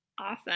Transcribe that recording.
Awesome